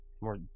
More